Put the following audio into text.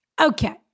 Okay